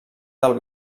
del